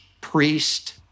priest